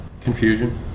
confusion